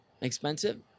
Expensive